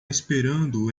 esperando